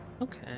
Okay